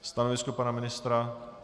Stanovisko pana ministra?